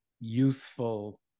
youthful